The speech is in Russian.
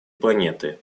планеты